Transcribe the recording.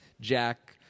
Jack